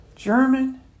german